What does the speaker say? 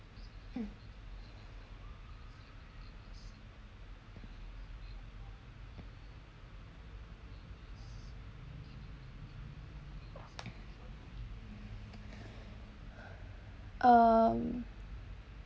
mm um